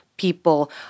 People